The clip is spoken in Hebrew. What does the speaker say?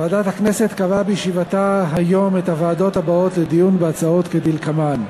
ועדת הכנסת קבעה בישיבתה היום את הוועדות הבאות לדיון בהצעות כדלקמן: